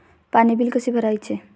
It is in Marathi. पाणी बिल कसे भरायचे?